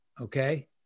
Okay